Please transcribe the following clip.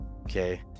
okay